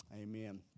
Amen